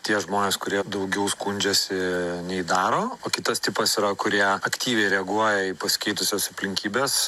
tie žmonės kurie daugiau skundžiasi nei daro o kitas tipas yra kurie aktyviai reaguoja į pasikeitusias aplinkybes